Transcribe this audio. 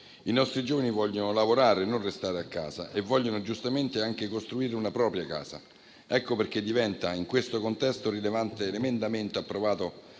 I nostri giovani vogliono lavorare e non restare a casa, e vogliono giustamente anche costruire una propria casa. Ecco perché, in questo contesto, diventa rilevante l'emendamento approvato